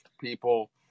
people